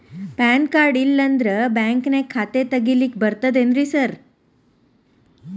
PAN card ಇಲ್ಲಂದ್ರ ಬ್ಯಾಂಕಿನ್ಯಾಗ ಖಾತೆ ತೆಗೆಲಿಕ್ಕಿ ಬರ್ತಾದೇನ್ರಿ ಸಾರ್?